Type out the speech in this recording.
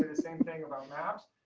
the same thing about maps,